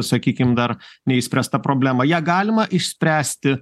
sakykim dar neišspręsta problem ją galima išspręsti